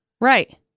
Right